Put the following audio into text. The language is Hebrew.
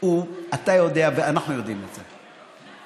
אתה יודע ואנחנו יודעים את זה,